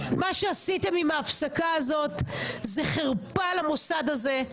מה שעשיתם עם ההפסקה הזאת זה חרפה למוסד הזה.